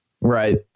Right